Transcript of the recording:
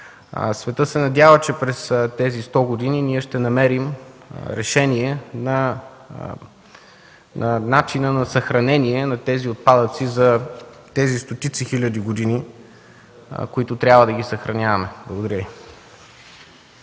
Светът се надява, че през тези 100 години ние ще намерим решение за начина на съхранение на тези отпадъци за тези стотици хиляди години, които трябва да ги съхраняваме. Благодаря Ви.